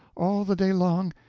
all the day long,